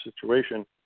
situation